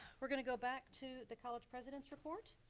we're gonna go back to the college president's report.